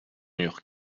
murs